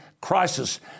crisis